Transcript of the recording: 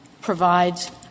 provides